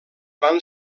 van